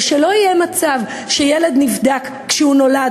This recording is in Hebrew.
ושלא יהיה מצב שילד נבדק כשהוא נולד,